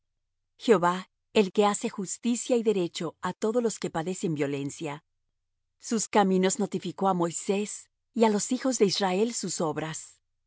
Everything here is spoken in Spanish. jehová el que hace justicia y derecho á todos los que padecen violencia sus caminos notificó á moisés y á los hijos de israel sus obras